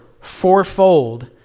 fourfold